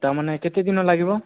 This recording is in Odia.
ତା'ମାନେ କେତେ ଦିନ ଲାଗିବ